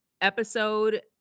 episode